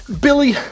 Billy